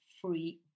free